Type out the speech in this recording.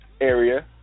Area